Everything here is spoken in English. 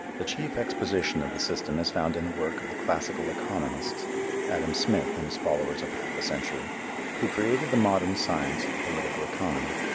the chief exposition of the system is found in the work of the classical economists adam smith and his followers of half a century who created the modern science of political economy.